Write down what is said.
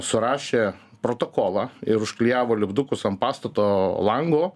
surašė protokolą ir užklijavo lipdukus ant pastato lango